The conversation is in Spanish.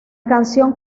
canción